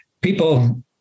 people